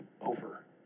over